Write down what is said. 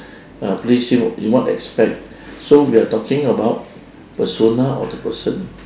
ah please him in what aspect so we are talking about persona of the person